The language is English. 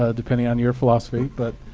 ah depending on your philosophy. but